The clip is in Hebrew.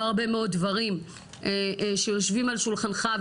בהרבה מאוד דברים שיושבים על שולחנך,